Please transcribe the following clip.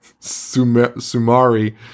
Sumari